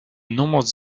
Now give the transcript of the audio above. nombreuses